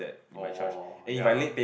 oh ya lah